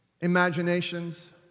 imaginations